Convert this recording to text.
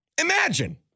Imagine